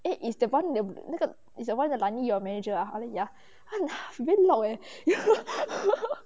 eh is the one the 那个 is the one 蓝衣 your manager ah I say ya 她很她 very loud eh